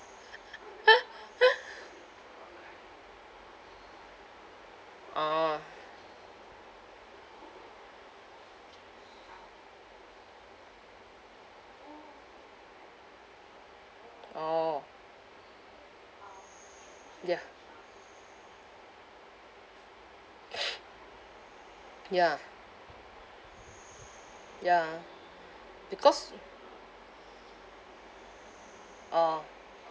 orh orh ya ya ya because orh